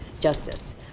justice